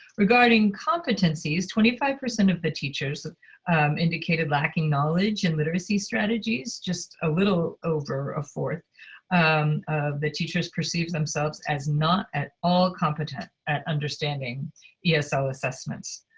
regarding competencies, twenty five percent of the teachers indicated lacking knowledge and literacy strategies. just a little over a fourth of the teachers perceived themselves as not at all competent at understanding esl yeah so assessments.